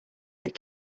that